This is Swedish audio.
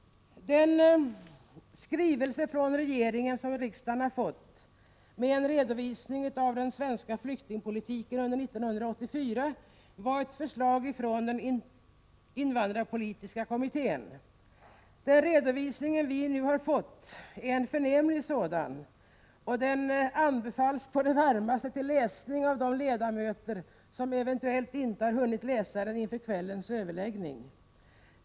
Den skrivelse från regeringen som riksdagen har fått med en redovisning av den svenska flyktingpolitiken under 1984 har tillkommit på förslag från invandrarpolitiska kommittén. Denna redovisning är förnämlig, och den anbefalls på det varmaste till läsning av de ledamöter som eventuellt inte har hunnit läsa den inför kvällens överläggning.